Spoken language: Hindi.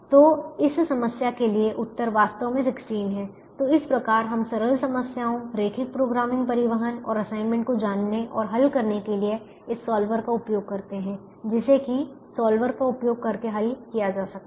तो इस समस्या के लिए उत्तर वास्तव में 16 है तो इस प्रकार हम सरल समस्याओं रैखिक प्रोग्रामिंग परिवहन और असाइनमेंट को जानने और हल करने के लिए इस सॉल्वर का उपयोग करते हैं जिसे कि सॉल्वर का उपयोग करके हल किया जा सकता है